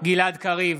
גלעד קריב,